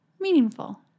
meaningful